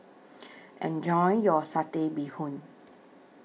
Enjoy your Satay Bee Hoon